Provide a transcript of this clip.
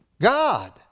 God